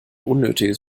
unnötiges